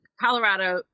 Colorado